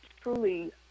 truly